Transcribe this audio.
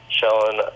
showing